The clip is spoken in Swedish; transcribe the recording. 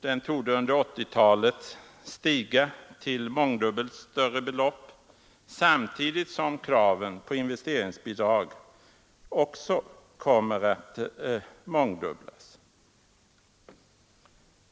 Den torde under 1980-talet stiga till mångdubbelt större belopp, samtidigt som kraven på investeringsbidrag också kommer att mångdubblas.